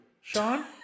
Sean